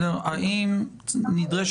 אני אתייחס